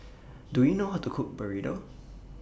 Do YOU know How to Cook Burrito